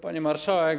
Pani Marszałek!